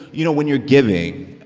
you know, when you're giving,